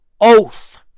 Oath